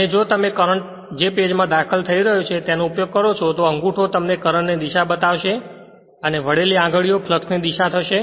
અને જો તમે કરંટ જે પેજ માં દાખલ થઈ રહ્યો છે તેનો ઉપયોગ કરો છો તો અંગૂઠો તમને કરંટ ની દિશા બતાવશે અને વળેલી આંગળીઓ ફ્લક્ષ ની દિશા થશે